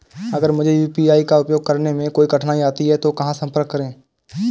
अगर मुझे यू.पी.आई का उपयोग करने में कोई कठिनाई आती है तो कहां संपर्क करें?